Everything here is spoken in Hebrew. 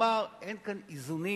כלומר אין כאן איזונים